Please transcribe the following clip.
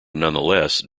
nonetheless